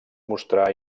mostrar